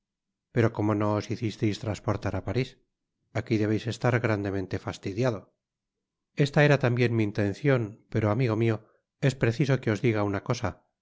pero como no os hicisteis transportar á paris aqui debeis estar graodemente fastidiado esta era tambien mi intencion two amigo mio es preciso que os diga una cosa